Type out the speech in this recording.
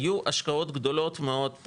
היו השקעות גדולות מאוד,